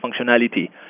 functionality